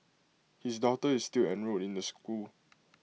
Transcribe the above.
his daughter is still enrolled in the school